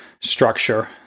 structure